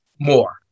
more